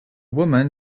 woman